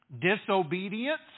disobedience